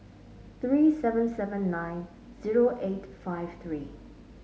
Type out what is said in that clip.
three seven seven nine zero eight five three